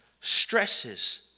stresses